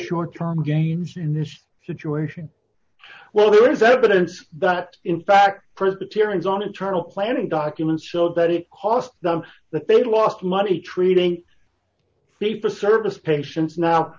short term gains in this situation well there is evidence that in fact presbyterians on internal planning documents show that it cost them that they lost money treating paper service patients now